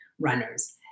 runners